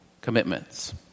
commitments